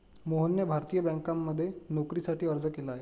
मोहनने भारतीय बँकांमध्ये नोकरीसाठी अर्ज केला आहे